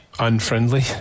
Unfriendly